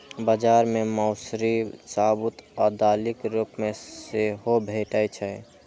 बाजार मे मौसरी साबूत आ दालिक रूप मे सेहो भैटे छै